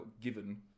given